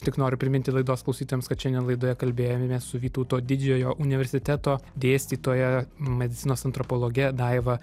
tik noriu priminti laidos klausytojams kad šiandien laidoje kalbėjomės su vytauto didžiojo universiteto dėstytoja medicinos antropologe daiva